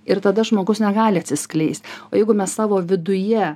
ir tada žmogus negali atsiskleist o jeigu mes savo viduje